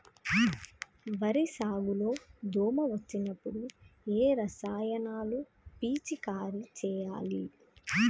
వరి సాగు లో దోమ వచ్చినప్పుడు ఏ రసాయనాలు పిచికారీ చేయాలి?